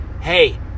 hey